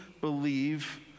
believe